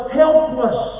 helpless